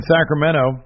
Sacramento